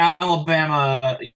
Alabama